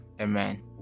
Amen